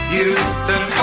Houston